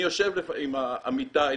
אני יושב עם עמיתיי,